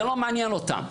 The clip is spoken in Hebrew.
זה לא מעניין אותם.